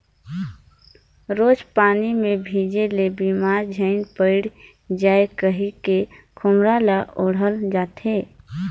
रोज पानी मे भीजे ले बेमार झिन पइर जाए कहिके खोम्हरा ल ओढ़ल जाथे